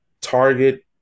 Target